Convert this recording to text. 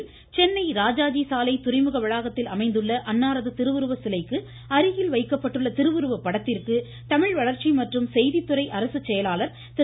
தமிழக அரசின் சார்பில் சென்னை ராஜாஜி சாலை துறைமுக வளாகத்தில் அமைந்துள்ள அன்னாரது திருவுருவ சிலைக்கு அருகில் வைக்கப்பட்டுள்ள திருவுருவ படத்திற்கு தமிழ்வளர்ச்சி மற்றும் செய்தித்துறை அரசு செயலாளர் திரு